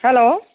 hello